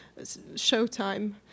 showtime